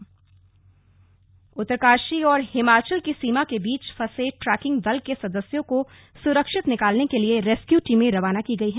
trekking दल उत्तरकाशी और हिमाचल की सीमा के बीच फंसे ट्रैकिंग दल के सदस्यों को सुरक्षित निकालने के लिए रेस्क्यू टीमें रवाना की गई हैं